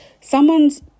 someone's